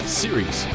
series